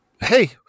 hey